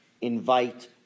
invite